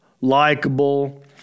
likable